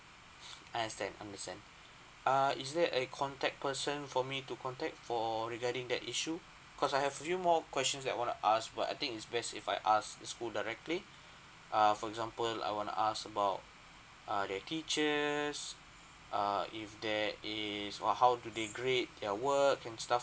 understand understand ah is there a contact person for me to contact for regarding that issue cause I have few more questions that I want to ask but I think it's best if I ask this school directly err for example I wanna ask about uh the teachers err if there is or how do they grade their work and stuff